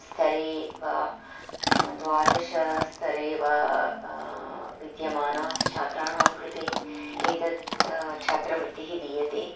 स्तरे वा द्वादशस्तरे वा विद्यमानां छात्राणां कृते एतत् छात्रवृत्तिः दीयते